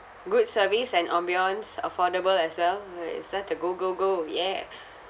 good service and ambience affordable as well uh is that a go go go ya